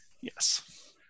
Yes